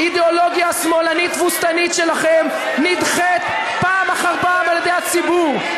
שהאידיאולוגיה השמאלנית-תבוסתנית שלכם נדחית פעם אחר פעם על-ידי הציבור.